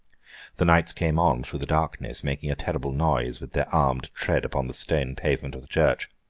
the knights came on, through the darkness, making a terrible noise with their armed tread upon the stone pavement of the church.